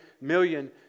million